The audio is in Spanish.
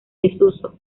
desuso